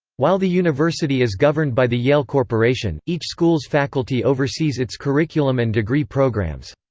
while the university is governed by the yale corporation, each school's faculty oversees its curriculum and degree programs.